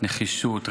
נחישות,